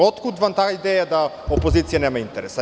Otkud vam ta ideja da opozicija nema interes?